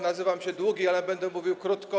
Nazywam się Długi, ale będę mówił krótko.